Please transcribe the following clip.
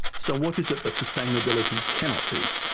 so what is it that sustainability cannot be?